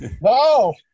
No